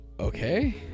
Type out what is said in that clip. okay